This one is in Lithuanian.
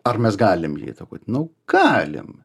ar mes galim jį įtakot nu galim